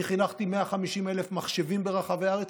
אני חנכתי 150,000 מחשבים ברחבי הארץ,